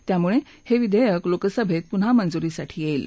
त्यामुळे हे विधेयक लोकसभेत पुन्हा मंजुरीसाठी येईल